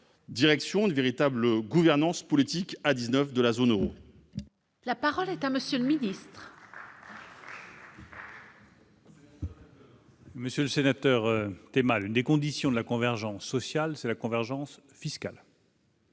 direction une véritable gouvernance politique à 19 de la zone Euro. La parole est à monsieur lui 10. Monsieur le sénateur Thema, l'une des conditions de la convergence sociale, c'est la convergence fiscale.